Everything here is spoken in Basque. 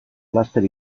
laster